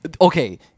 Okay